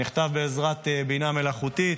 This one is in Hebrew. נכתב בעזרת בינה מלאכותית,